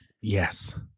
yes